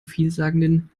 vielsagenden